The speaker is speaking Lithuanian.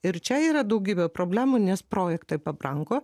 ir čia yra daugybė problemų nes projektai pabrango